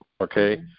Okay